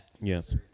Yes